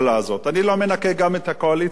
אני לא מנקה גם את הקואליציה הזאת,